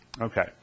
Okay